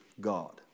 God